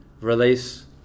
release